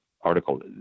article